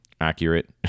Accurate